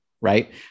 right